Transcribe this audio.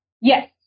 Yes